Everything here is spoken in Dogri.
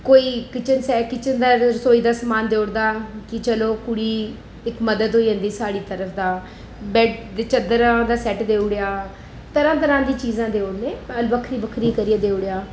कोई किचन दा रसोई दा सामान देई उड़दा कि चलो कुड़ी इक मदद होई जंदी साढ़ी तरफ दा बैड्ड दी चादरें दा सैट देई ओड़ेआ तरह्ं तरह्ं दियां चीजां देई ओड़दे बक्खरी बक्खरी करियै देई ओड़ेआ